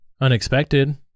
unexpected